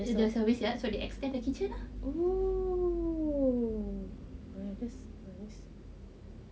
the service yard so they extend the kitchen lah